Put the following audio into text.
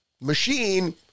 machine